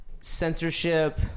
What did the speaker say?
censorship